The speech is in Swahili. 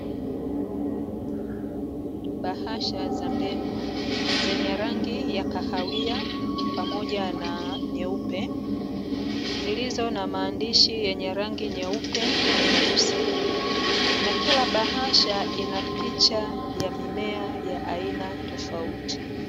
Bahasha za mbegu zenye rangi ya kahawia pamoja na nyeupe, zilizo na mmaandishi yenye rangi nyeupe na nyeusi na kila bahasha ina picha ya mimea ya aina tofauti.